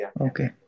Okay